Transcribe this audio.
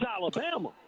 Alabama